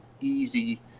easy